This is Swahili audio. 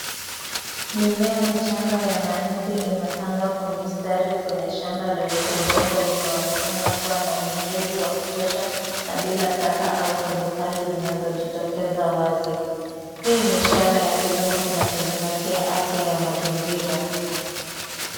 Mimea michanga ya mahindi imepandwa kwa mistari kwenye shamba lenye udongo umeonekana kuwa na unyevu wa kutosha na bila taka au kemikali zinazojitokeza wazi. Hii ni ishara ya kilimo kinachozingatia afya ya mazingira.